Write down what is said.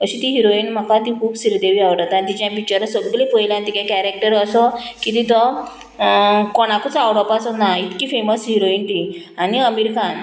अशी ती हिरोइन म्हाका ती खूब श्रीदेवी आवडटा आनी तिच्या पिक्चर सगलें पयल्या तिगें कॅरेक्टर असो किदें तो कोणाकूच आवडपाचो ना इतकी फेमस हिरोइन ती आनी अमिर खान